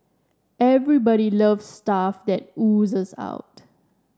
everybody loves stuff that oozes out